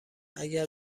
اگر